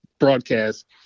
Broadcast